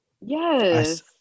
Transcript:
Yes